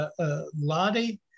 Lottie